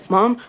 Mom